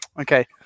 okay